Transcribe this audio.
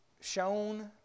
shown